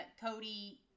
Cody